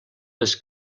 les